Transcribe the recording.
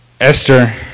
Esther